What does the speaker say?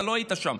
אתה לא היית שם.